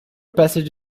passage